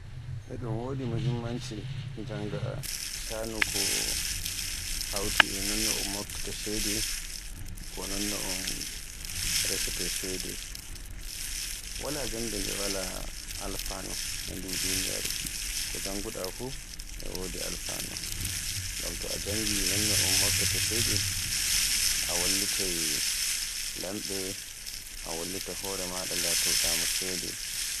E dun wodi muhimmanci jannga shaanu ko hawti e non no un moftata ceede ko non un resoto ceede. Wala jannde nde wala alfanu e ndu duniyaaru, ko janngu ɗa fuf, e wodi alfanu. Ngam to a janngi non no un moftata ceede a wallitay lamɓe a wallitay hore maaɗa latoɗa mo ceede.